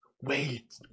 Wait